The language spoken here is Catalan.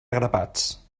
grapats